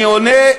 אני עונה,